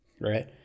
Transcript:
Right